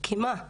כי מה?